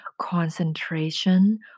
concentration